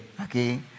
Okay